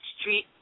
street